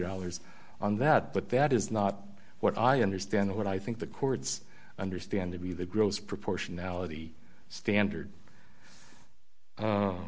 dollars on that but that is not what i understand of what i think the courts understand to be the gross proportionality standard